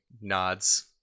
nods